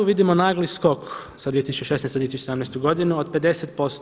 Vidimo nagli skok sa 2016. na 2017. godinu od 50%